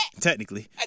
Technically